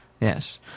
yes